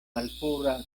malpura